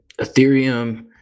Ethereum